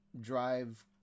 drive